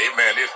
Amen